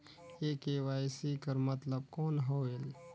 ये के.वाई.सी कर मतलब कौन होएल?